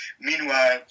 Meanwhile